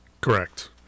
Correct